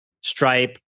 Stripe